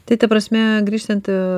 tai ta prasme grįžtant